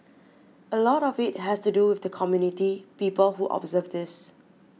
a lot of it has to do with the community people who observe this